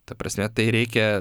ta prasme tai reikia